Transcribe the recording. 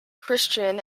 christian